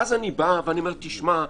ואז אני בא ואומר: שמע,